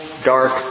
dark